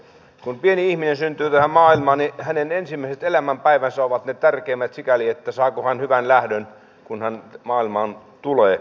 kun pieni ihminen syntyy tähän maailmaan hänen ensimmäiset elämänpäivänsä ovat ne tärkeimmät sikäli että saako hän hyvän lähdön kun hän maailmaan tulee